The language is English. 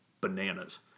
bananas